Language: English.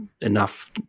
enough